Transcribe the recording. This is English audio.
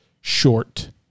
short